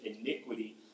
iniquity